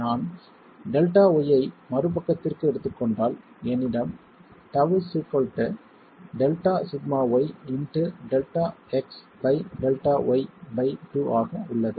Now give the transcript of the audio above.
நான் delta y ஐ மறுபக்கத்திற்கு எடுத்துக் கொண்டால் என்னிடம் τ Δσy into Δx by Δy by 2 ஆக உள்ளது